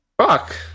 Fuck